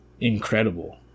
incredible